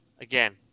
Again